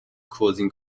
causing